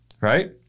right